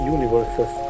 Universes